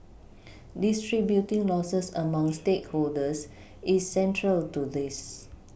distributing Losses among stakeholders is central to this